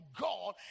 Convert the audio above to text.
God